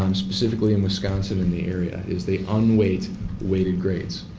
um specifically in wisconsin in the area is they unweight weighted grades.